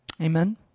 Amen